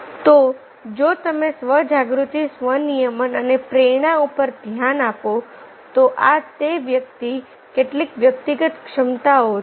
તો જો તમે સ્વજાગૃતિ સ્વનીયમન અને પ્રેરણા ઉપર ધ્યાન આપો તો આ તે વ્યક્તિની કેટલીક વ્યક્તિગત ક્ષમતાઓ છે